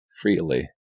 freely